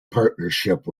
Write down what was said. partnership